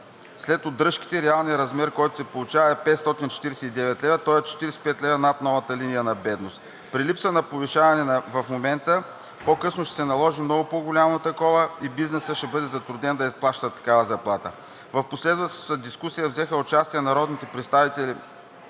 след удръжките реалният размер, който се получава, е 549 лв., тоест 45 лв. над новата линия на бедност. При липса на повишение в момента по-късно ще се наложи много по-голямо такова и бизнесът ще бъде затруднен да изплаща такава заплата. В последвалата дискусия взеха участие народните представители